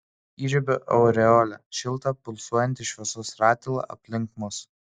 įžiebiu aureolę šiltą pulsuojantį šviesos ratilą aplink mus